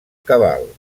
cabal